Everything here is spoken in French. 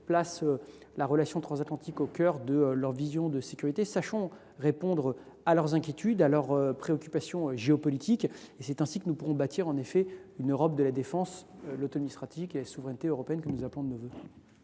placent la relation transatlantique au cœur de leur sécurité. Sachons répondre à leurs inquiétudes et à leurs préoccupations géopolitiques : c’est ainsi que nous pourrons bâtir l’Europe de la défense, l’autonomie stratégique et la souveraineté européenne que nous appelons de nos vœux.